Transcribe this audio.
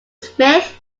smith